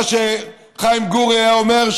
ומה שחיים גורי היה אומר,